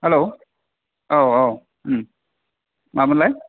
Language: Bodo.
हेलौ औ औ मामोनलाय